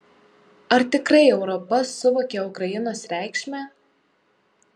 ar tikrai europa suvokia ukrainos reikšmę